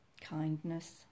Kindness